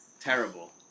Terrible